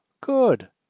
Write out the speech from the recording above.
Good